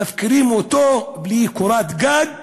מפקירים אותו בלי קורת גג בחורף,